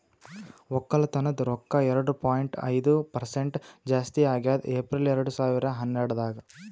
ಒಕ್ಕಲತನದ್ ರೊಕ್ಕ ಎರಡು ಪಾಯಿಂಟ್ ಐದು ಪರಸೆಂಟ್ ಜಾಸ್ತಿ ಆಗ್ಯದ್ ಏಪ್ರಿಲ್ ಎರಡು ಸಾವಿರ ಹನ್ನೆರಡರಾಗ್